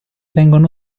vengono